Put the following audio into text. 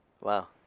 Wow